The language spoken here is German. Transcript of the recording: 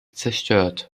zerstört